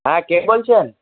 হ্যাঁ কে বলছেন